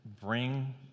bring